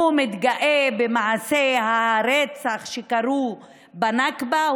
הוא מתגאה במעשי הרצח שקרו בנכבה,